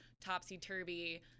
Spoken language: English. topsy-turvy